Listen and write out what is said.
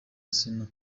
arsenal